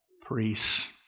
Priests